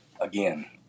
Again